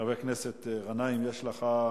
חבר הכנסת גנאים, יש לך,